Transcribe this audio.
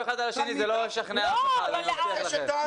זה התהליך בדיוק שקורה.